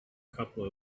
couple